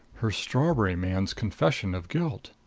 her strawberry man's confession of guilt.